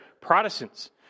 Protestants